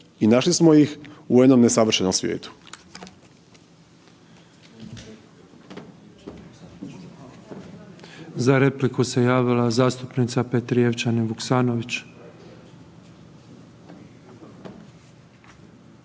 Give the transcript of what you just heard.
i našli smo ih u jednom nesavršenom svijetu.